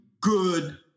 good